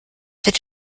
wird